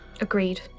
Agreed